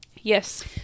Yes